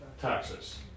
taxes